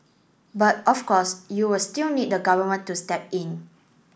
but of course you'll still need the Government to step in